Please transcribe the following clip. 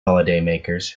holidaymakers